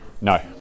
No